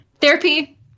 therapy